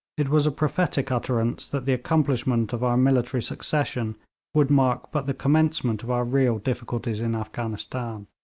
it was a prophetic utterance that the accomplishment of our military succession would mark but the commencement of our real difficulties in afghanistan.